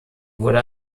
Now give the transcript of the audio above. wurde